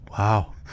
Wow